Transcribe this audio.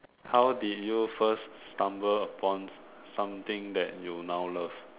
how did you first stumble upon something that you now love